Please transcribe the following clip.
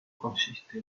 consiste